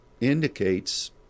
indicates